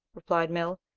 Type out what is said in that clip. replied mill.